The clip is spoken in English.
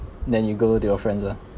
then you go to your friends ah